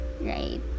right